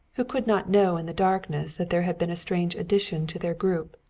who could not know in the darkness that there had been a strange addition to their group.